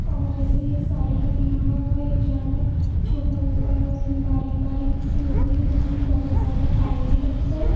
और जैसे यह साड़ी का किनारा हुआ यह ज़्यादा छोटा होता है उसमें बारीक बारीक सी होती हैं तो उसमें बहुत ज़्यादा टाइम भी लगता है